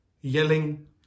yelling